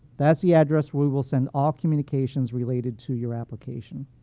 that's the address we will send all communications related to your application.